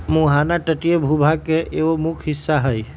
मुहाना तटीय भूभाग के एगो मुख्य हिस्सा हई